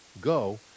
Go